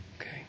Okay